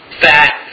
fat